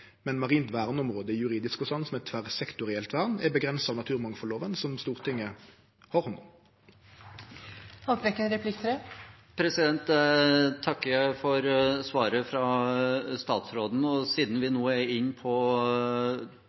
Men marint verneområde i juridisk forstand som eit tverrsektorielt vern er avgrensa av naturmangfaldlova, som Stortinget har hand om. Jeg takker for svaret fra statsråden. Siden vi nå er inne på